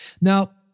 Now